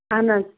اَہن حظ